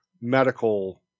medical